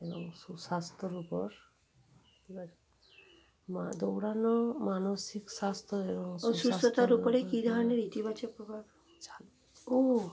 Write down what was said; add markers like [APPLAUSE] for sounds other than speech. এবং সুস্বাস্থ্যর উপর মা দৌড়ানো মানসিক স্বাস্থ্য এবং সসুস্থতার উপরেই কী ধরনের ইতিবাচক প্রভাব [UNINTELLIGIBLE]